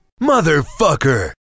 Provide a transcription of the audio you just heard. Motherfucker